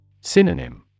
Synonym